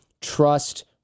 trust